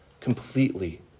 completely